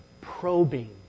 probing